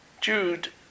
Jude